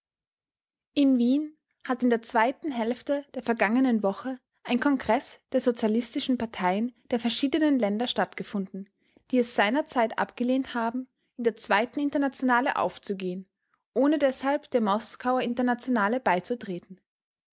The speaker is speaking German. in wien hat in der zweiten hälfte der vergangenen woche ein kongreß der sozialistischen parteien der verschiedenen länder stattgefunden die es seinerzeit abgelehnt haben in der zweiten internationale aufzugehen ohne deshalb der moskauer internationale beizutreten